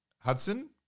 Hudson